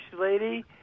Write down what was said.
lady